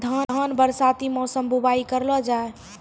धान बरसाती मौसम बुवाई करलो जा?